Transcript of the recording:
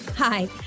Hi